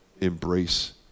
embrace